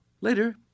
Later